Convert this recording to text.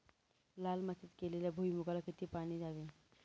लाल मातीत केलेल्या भुईमूगाला किती पाणी द्यावे?